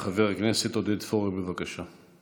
חבר הכנסת עודד פורר, בבקשה.